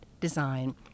design